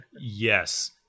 Yes